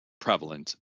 prevalent